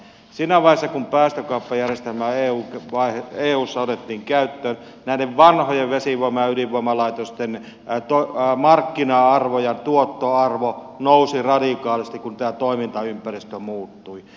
siinä vaiheessa kun päästökauppajärjestelmä eussa otettiin käyttöön näiden vanhojen vesivoima ja ydinvoimalaitosten markkina arvo ja tuottoarvo nousivat radikaalisti kun tämä toimintaympäristö muuttui